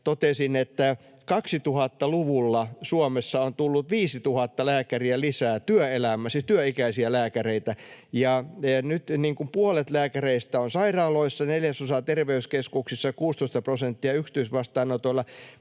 totesin, että 2000-luvulla Suomessa on tullut 5 000 lääkäriä lisää työelämään, siis työikäisiä lääkäreitä, ja nyt puolet lääkäreistä on sairaaloissa, neljäsosa terveyskeskuksissa ja 16 prosenttia yksityisvastaanotoilla.